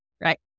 Right